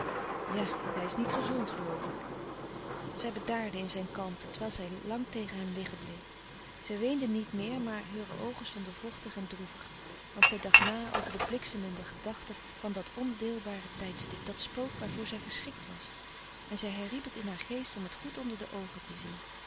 ja hij is niet gezond geloof ik zij bedaarde in zijn kalmte terwijl zij lang tegen hem liggen bleef zij weende niet meer maar heure oogen stonden vochtig en droevig want zij dacht na over de bliksemende gedachte van dat ondeelbare tijdstip dat spook waarvoor zij geschrikt was en zij herriep het in haar geest om het goed onder de oogen te zien